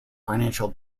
financial